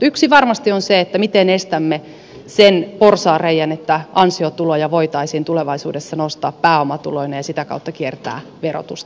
yksi varmasti on se miten estämme sen porsaanreiän että ansiotuloja voitaisiin tulevaisuudessa nostaa pääomatuloina ja sitä kautta kiertää verotusta